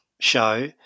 show